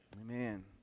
Amen